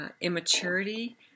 immaturity